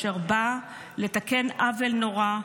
אשר באה לתקן עוול נורא.